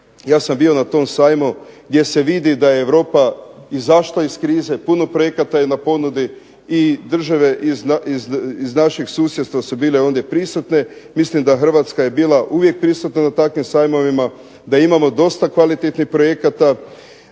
Ja sam bio na tom sajmu gdje se vidi da je Europa izašla iz krize, puno projekata je na ponudi i države iz našeg susjedstva su bile ondje prisutne. Mislim da Hrvatska je bila uvijek prisutna na takvim sajmovima, da imamo dosta kvalitetnih projekata,